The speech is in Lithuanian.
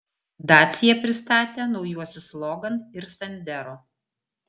dacia pristatė naujuosius logan ir sandero